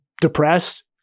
depressed